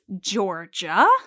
Georgia